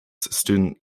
student